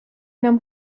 nam